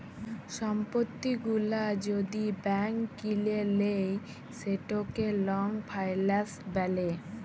সম্পত্তি গুলা যদি ব্যাংক কিলে লেই সেটকে লং ফাইলাল্স ব্যলে